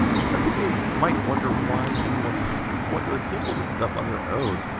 and some people might wonder why anyone would want to assemble this stuff on their own.